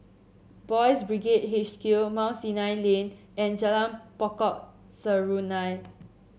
Boys' Brigade H Q Mount Sinai Lane and Jalan Pokok Serunai